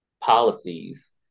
policies